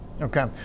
Okay